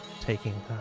taking